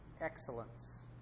excellence